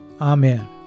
Amen